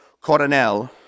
Coronel